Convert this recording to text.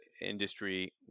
industry